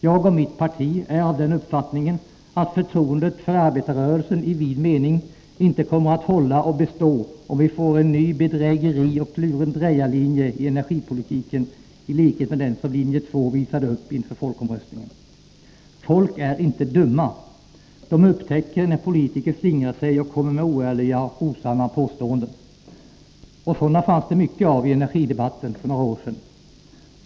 Jag och mitt parti är av den uppfattningen att förtroendet för arbetarrörelsen i vid mening inte kommer att hålla och bestå, om vi får en ny bedrägerioch lurendrejarlinje i energipolitiken i likhet med den som linje 2 visade upp inför folkomröstningen. Folk är inte dumma. De upptäcker när politiker slingrar sig och kommer med oärliga och osanna påståenden. Och sådana fanns det mycket av i energidebatten för några år sedan.